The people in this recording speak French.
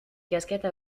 casquette